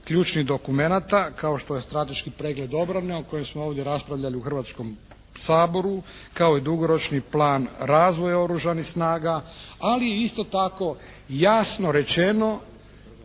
ključnih dokumenata kao što je strateški pregled obrane o kojem smo ovdje raspravljali u Hrvatskom saboru, kao i dugoročni plan razvoja Oružanih snaga. Ali isto tako jasno rečeno